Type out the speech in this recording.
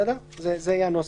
זה יהיה הנוסח.